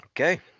Okay